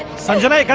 sanjana!